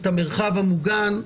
את המרחב המוגן,